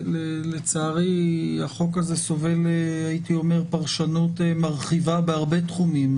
לצערי, החוק הזה סובל פרשנות מרחיבה בהרבה תחומים.